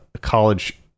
college